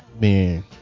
man